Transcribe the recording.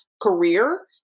career